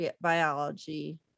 biology